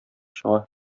чыга